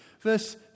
verse